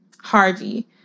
Harvey